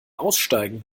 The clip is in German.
aussteigen